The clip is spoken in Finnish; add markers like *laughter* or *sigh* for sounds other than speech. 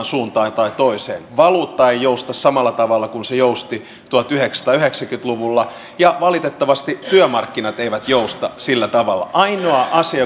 *unintelligible* suuntaan tai toiseen valuutta ei jousta samalla tavalla kuin se jousti tuhatyhdeksänsataayhdeksänkymmentä luvulla ja valitettavasti työmarkkinat eivät jousta sillä tavalla ainoa asia *unintelligible*